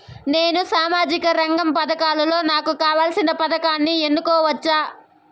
నేను సామాజిక రంగ పథకాలలో నాకు కావాల్సిన పథకాన్ని ఎన్నుకోవచ్చా?